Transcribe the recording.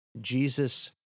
Jesus